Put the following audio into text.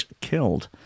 killed